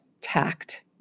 tact